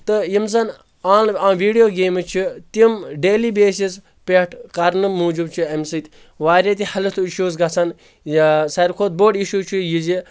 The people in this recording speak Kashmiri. تہٕ یِم زن آن ویڈیو گیمٕز چھِ تِم ڈیلی بیسز پٮ۪ٹھ کرنہٕ موٗجوٗب چھِ امہِ سۭتۍ واریاہ تہِ ہیٚلتھ اِشوز گژھان یا ساروٕے کھۄتہٕ بوٚڑ اِشوٗ چھُ یہِ زِ